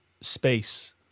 space